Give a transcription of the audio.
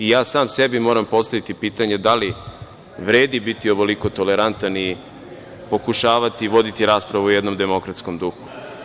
I, ja sam sebi moram postaviti pitanje da li vredi biti ovoliko tolerantan i pokušavati voditi raspravu u jednom demokratskom duhu.